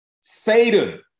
Satan